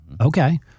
Okay